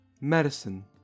Medicine